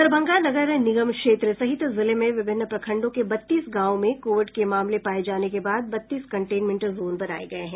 दरभंगा नगर निगम क्षेत्र सहित जिले में विभिन्न प्रखंडों के बत्तीस गांवों में कोविड के मामले पाये जाने के बाद बत्तीस कंटेनमेंट जोन बनाये गये हैं